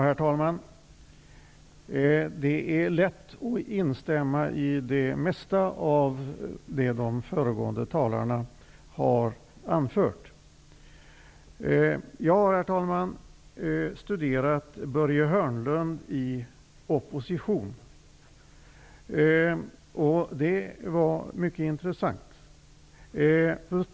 Herr talman! Det är lätt att instämma i det mesta av vad de föregående talarna har anfört. Jag har studerat Börje Hörnlund i opposition. Det var mycket intressant.